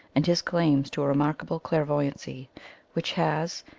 and his claims to a remarkable clairvoyancy which has,